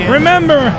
Remember